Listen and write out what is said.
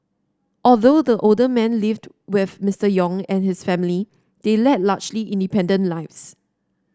although the older man lived with Mister Yong and his family they led largely independent lives